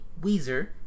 Weezer